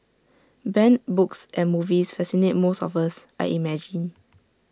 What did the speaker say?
banned books and movies fascinate most of us I imagine